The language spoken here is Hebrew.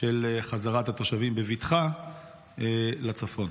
של חזרת התושבים בבטחה לצפון?